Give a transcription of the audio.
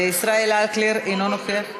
ישראל אייכלר, אינו נוכח.